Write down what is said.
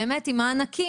באמת עם מענקים.